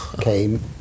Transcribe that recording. came